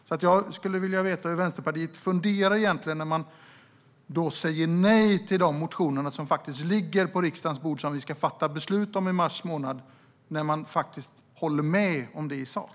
Jag skulle därför vilja veta hur Vänsterpartiet egentligen tänker när man säger nej till de motioner som ligger på riksdagens bord och som vi ska fatta beslut om i mars månad. Man håller ju faktiskt med om detta i sak.